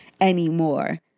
anymore